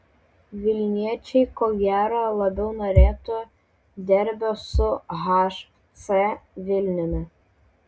vilniečiai ko gero labiau norėtų derbio su hc vilniumi